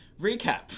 Recap